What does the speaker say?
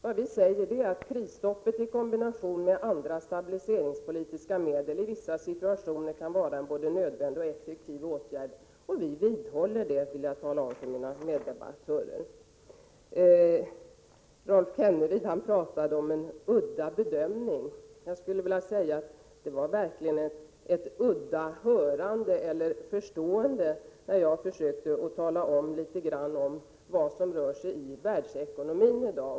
Vad vi säger är att prisstoppet i kombination med andra stabiliseringspolitiska medel i vissa situationer kan vara en både nödvändig och effektiv åtgärd. Vi vidhåller detta — det vill jag tala om för mina meddebattörer. Rolf Kenneryd sade att jag hade gjort en udda bedömning. Jag skulle vilja säga att det verkligen var ett udda sätt att uppfatta och förstå när jag försökte berätta litet grand om vad som händer i världsekonomin i dag.